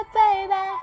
baby